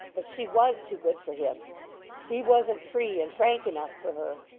but she was too good for him he wasn't free and frank enough for her.